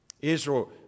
Israel